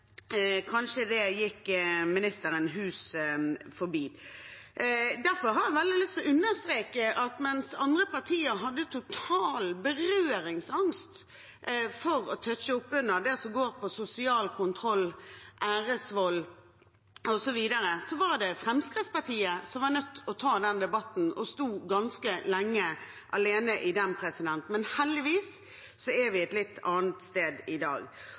det gikk kanskje ministeren hus forbi. Derfor har jeg veldig lyst til å understreke at mens andre partier hadde total berøringsangst for å tøtsje det som går på sosial kontroll, æresvold osv., var det Fremskrittspartiet som var nødt til å ta den debatten og sto ganske lenge alene i den. Heldigvis er vi et litt annet sted i dag.